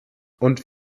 und